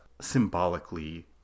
symbolically